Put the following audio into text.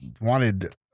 wanted